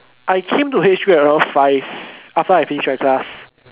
I came to H three at around five after I finish my class